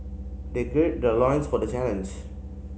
they gird their loins for the challenge